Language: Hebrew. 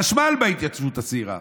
חשמל בהתיישבות הצעירה,